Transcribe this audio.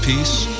peace